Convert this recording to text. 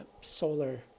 solar